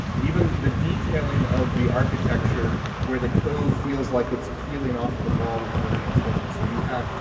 even the detailing of the architecture where the coax feels like it's peeling off the wall was really important. so you have,